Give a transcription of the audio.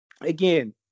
Again